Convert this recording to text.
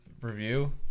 review